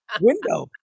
window